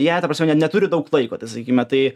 jie ta prasme ne neturi daug laiko tai sakykime tai